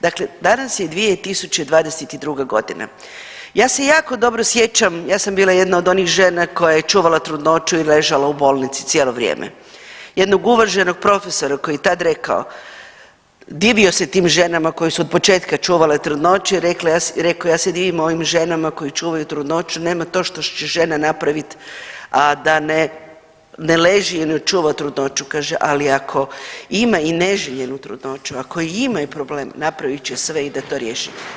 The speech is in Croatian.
Dakle, danas je 2022.g. ja se jako dobro sjećam, ja sam bila jedna od onih žena koja je čuvala trudnoću i ležala u bolnici cijelo vrijeme, jednog uvaženog profesora koji je tad rekao, divio se tim ženama koje su od početka čuvale trudnoću i rekao ja se divim ovim ženama koje čuvaju trudnoću, nema to što će žena napravit, a da ne leži i ne čuva trudnoću kaže, ali ako ima i neželjenu trudnoću, ako i imaju problem napravit će sve i da to riješi.